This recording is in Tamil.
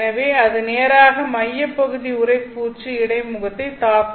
எனவே அது நேராக மையப்பகுதி உறைப்பூச்சு இடைமுகத்தைத் தாக்கும்